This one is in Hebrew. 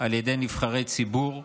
על ידי נבחרי ציבור,